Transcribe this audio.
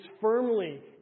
firmly